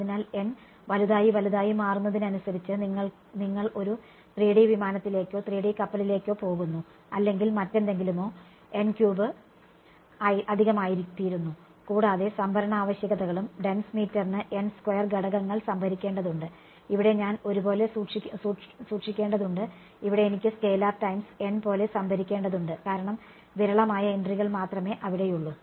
അതിനാൽ n വലുതായി വലുതായി മാറുന്നതിനനുസരിച്ച് നിങ്ങൾ ഒരു 3 D വിമാനത്തിലേക്കോ 3 D കപ്പലിലേക്കോ പോകുന്നു അല്ലെങ്കിൽ മറ്റെന്തെങ്കിലുമോ അധികമായിത്തീരുന്നു കൂടാതെ സംഭരണ ആവശ്യകതകളും ഡെൻസ് മീറ്ററിന് n സ്ക്വയർ ഘടകങ്ങൾ സംഭരിക്കേണ്ടതുണ്ട് ഇവിടെ ഞാൻ ഒരു പോലെ സൂക്ഷിക്കേണ്ടതുണ്ട് ഇവിടെ എനിക്ക് സ്കാലർ ടൈംസ് n പോലെ സംഭരിക്കേണ്ടതുണ്ട് കാരണം വിരളമായ എൻട്രികൾ മാത്രമേ അവിടെയുള്ളു